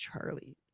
Charlie